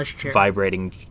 vibrating